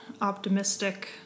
optimistic